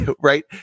right